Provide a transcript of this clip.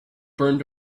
burned